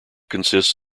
consists